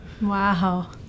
Wow